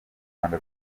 rwanda